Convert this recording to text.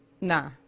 Nah